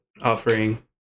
offering